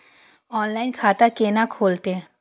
Online खाता केना खुलते?